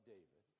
David